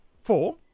four